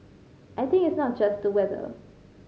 I think it's not just the weather